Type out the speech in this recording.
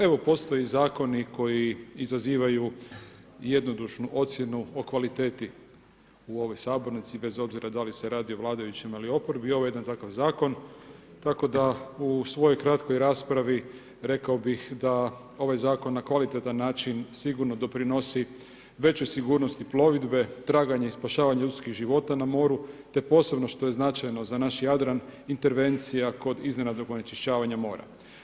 Evo postoje zakone koji izazivaju jednodušnu ocjenu o kvaliteti u ovoj sabornici, bez obzira da li se radi o vladajućima ili oporbi, ovo je dakle jedan zakon tako da u svojoj kratkoj raspravi rekao bih da ovaj zakon na kvalitetan način sigurno doprinosi većoj sigurnosti plovidbe, traganje i spašavanje ljudskih života na moru te posebno što je značajno za naš Jadran, intervencija kod iznenadnog onečišćavanja mora.